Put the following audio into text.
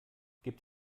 gibt